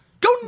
Go